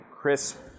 crisp